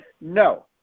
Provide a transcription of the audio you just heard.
No